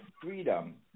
freedom